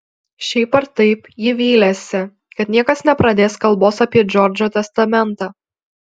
šiaip ar taip ji vylėsi kad niekas nepradės kalbos apie džordžo testamentą